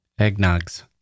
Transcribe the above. Eggnogs